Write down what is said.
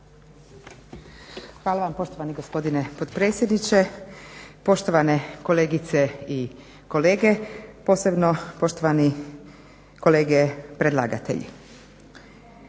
Hvala vam poštovani gospodine potpredsjedniče, poštovane kolegice i kolege, posebno poštovani kolege predlagatelji.